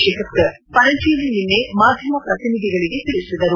ಶೇಖತ್ತರ್ ಪಣಜಿಯಲ್ಲಿ ನಿನ್ನೆ ಮಾಧ್ಯಮ ಪ್ರತಿನಿಧಿಗಳಿಗೆ ತಿಳಿಸಿದರು